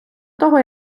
того